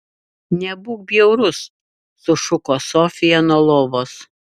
nebūk bjaurus sušuko sofija nuo lovos